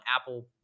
Apple